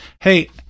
Hey